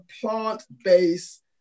plant-based